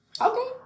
okay